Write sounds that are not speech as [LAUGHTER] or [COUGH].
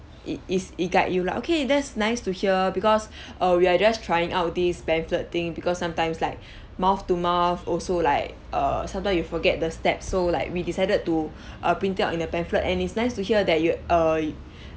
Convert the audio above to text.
it is it guide you lah okay that's nice to hear because [BREATH] uh we are just trying out these pamphlet thing because sometimes like [BREATH] mouth to mouth also like err sometimes you forget the steps so like we decided to [BREATH] uh print it out in a pamphlet and it's nice to hear that you err